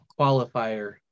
qualifier